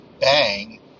Bang